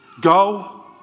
Go